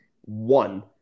one